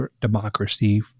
democracy